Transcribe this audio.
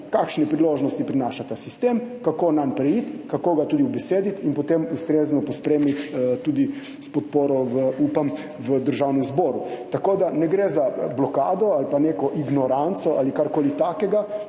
kakšne priložnosti prinaša ta sistem, kako nanj preiti, kako ga ubesediti in potem ustrezno pospremiti tudi s podporo, upam, v Državnem zboru. Ne gre za blokado ali pa neko ignoranco ali karkoli takega,